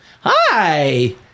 Hi